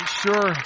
sure